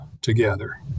together